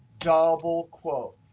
double quote.